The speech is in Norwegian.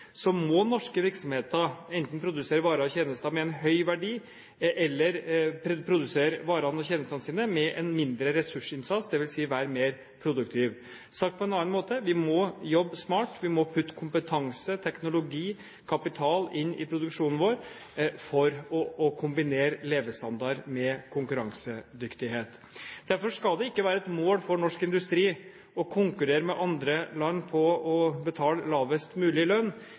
må norske virksomheter enten produsere varer og tjenester med en høy verdi, eller produsere varene og tjenestene sine med en mindre ressursinnsats, dvs. være mer produktive. Sagt på en annen måte: Vi må jobbe smart. Vi må putte kompetanse, teknologi og kapital inn i produksjonen vår for å kombinere levestandard med konkurransedyktighet. Derfor skal det ikke være et mål for norsk industri å konkurrere med andre land om å betale lavest mulig lønn.